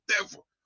devil